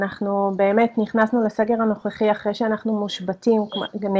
אנחנו מבקשים שיפתח מכיוון שגם כאן